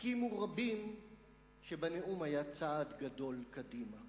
הסכימו רבים שבנאום היה צעד גדול קדימה.